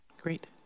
Great